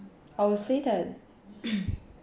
I will say that